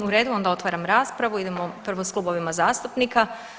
U redu onda otvaram raspravu, idemo prvo s klubovima zastupnika.